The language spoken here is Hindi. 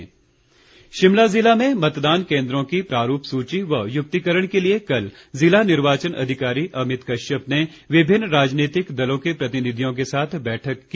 बैठक शिमला जिला में मतदान केन्द्रों की प्रारूप सूची व युक्तिकरण के लिए कल जिला निर्वाचन अधिकारी अमित कश्यप ने विभिन्न राजनीतिक दलों के प्रतिनिधियों के साथ बैठक की